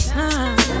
time